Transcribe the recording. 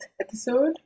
episode